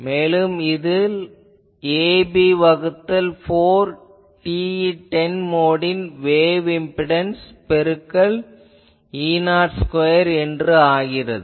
மேலும் இது ab வகுத்தல் 4 TE10 மோடின் வேவ் இம்பிடன்ஸ் பெருக்கல் E0 ஸ்கொயர் என்று ஆகிறது